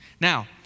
Now